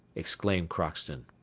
exclaimed crockston.